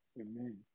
Amen